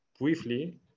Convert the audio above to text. briefly